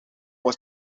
was